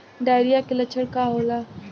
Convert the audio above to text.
Diarrhoea के लक्षण का होला?